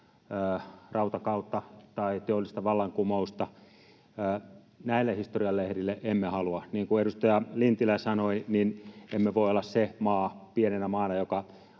rautakautta tai teollista vallankumousta. Näille historian lehdille emme halua. Niin kuin edustaja Lintilä sanoi, pienenä maana emme voi olla se maa, joka